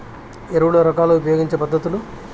ఎరువుల రకాలు ఉపయోగించే పద్ధతులు?